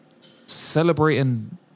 celebrating